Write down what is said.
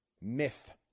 Myth